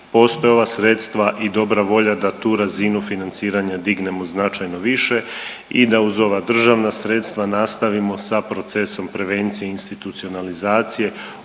postoje ova sredstva i dobra volja da tu razinu financiranja dignemo značajno više i da uz ova državna sredstva nastavimo sa procesom prevencije institucionalizacije